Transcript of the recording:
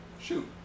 Shoot